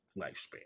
lifespan